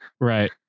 Right